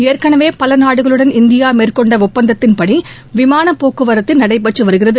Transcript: ஏற்கனவே பல நாடுகளுடன் இந்தியா மேற்கொண்ட ஒப்பந்தத்தின்படி விமானப் போக்குவரத்து நடைபெற்று வருகிறது